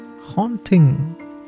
haunting